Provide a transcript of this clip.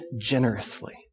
generously